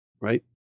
right